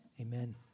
amen